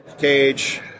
Cage